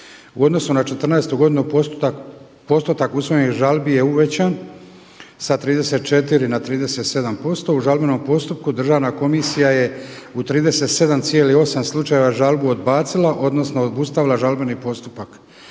U odnosu na 2014. godinu postotak usvojenih žalbi je uvećan sa 34 na 37% u žalbenom postupku državna komisija je u 37,8 slučajeva žalbu odbacilo odnosno obustavila žalbeni postupak.